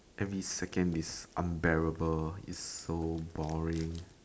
every second is unbearable is so boring